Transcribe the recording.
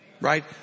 Right